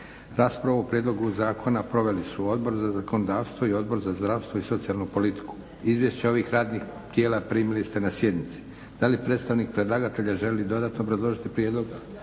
Raspravu o prijedlogu zakona proveli su Odbor za zakonodavstvo i Odbor za zdravstvo i socijalnu politiku. Izvješća ovih radnih tijela primili ste na sjednici. Da li predstavnik predlagatelja želi dodatno obrazložiti prijedlog?